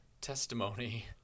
testimony